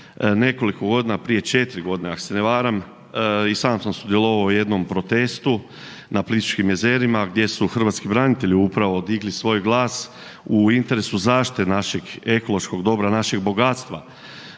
nekoliko godina, prije 4 godine ako se ne varam i sam sam sudjelovao u jednom protestu na Plitvičkim jezerima gdje su hrvatski branitelji upravo digli svoj glas u interesu zaštite našeg ekološkog dobra, našeg bogatstva,